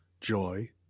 joy